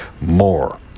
More